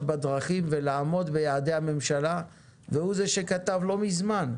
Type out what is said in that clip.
בדרכים ולעמוד ביעדי הממשלה והוא זה שכתב לא מזמן,